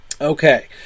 Okay